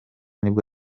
nibwo